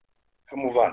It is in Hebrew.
כמובן.